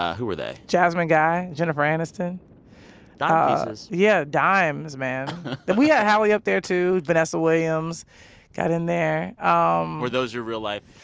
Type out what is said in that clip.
who were they? jasmine guy. jennifer aniston dime ah pieces yeah, dimes, man. then we had halle up there, too. vanessa williams got in there um were those your real life